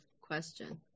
question